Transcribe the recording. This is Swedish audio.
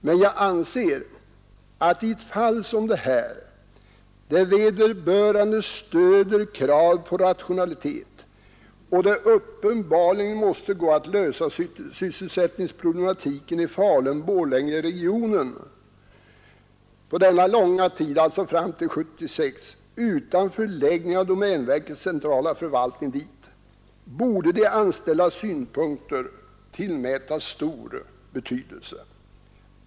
Men jag anser att i ett fall som detta — vederbörande stöder kravet på rationalitet och det måste uppenbarligen gå att på denna långa tid, alltså fram till 1976, lösa sysselsättningsproblematiken i Falun Borlängeregionen utan förläggning av domänverkets centrala förvaltning dit — borde de anställdas synpunkter tillmätas stor betydelse.